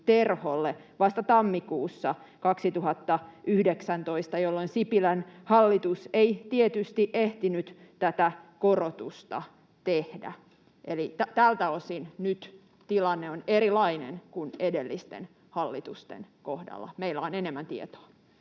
vasta tammikuussa 2019, jolloin Sipilän hallitus ei tietysti ehtinyt tätä korotusta tehdä. Eli tältä osin nyt tilanne on erilainen kuin edellisten hallitusten kohdalla: meillä on enemmän tietoa.